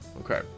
Okay